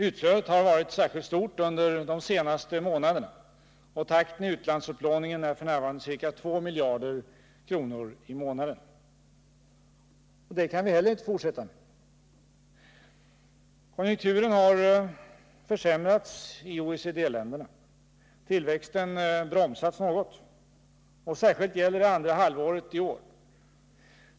Utflödet har varit särskilt stort under de senaste månaderna, och takten i utlandsupplåningen är f. n. ca 2 miljarder kronor i månaden. Så kan vi inte fortsätta. Konjunkturen har försämrats i OECD-länderna. Tillväxten bromsas något. Särskilt gäller det andra halvåret i år.